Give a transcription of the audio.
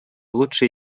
лучшая